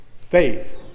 faith